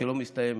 שלא מסתיימת.